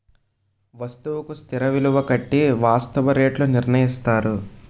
వస్తువుకు స్థిర విలువ కట్టి వాస్తవ రేట్లు నిర్ణయిస్తారు